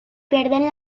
pierden